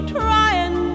trying